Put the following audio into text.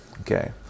Okay